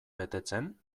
betetzen